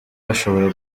bashobora